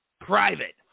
private